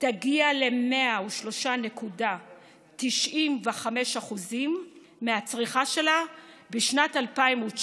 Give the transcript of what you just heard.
תגיע ל-103.95% מהצריכה שלה בשנת 2019,